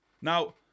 now